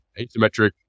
asymmetric